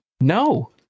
No